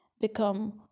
become